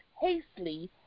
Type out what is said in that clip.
hastily